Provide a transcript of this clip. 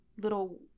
little